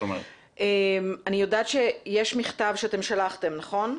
אני יודעת שיש מכתב שאתם שלחתם, נכון?